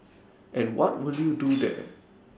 and what will you do there